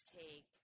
take